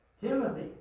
Timothy